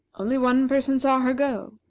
only one person saw her go,